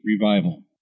Revival